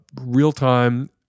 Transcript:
real-time